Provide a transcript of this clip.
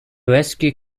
rescue